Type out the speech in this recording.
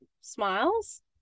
smiles